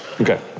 Okay